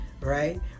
right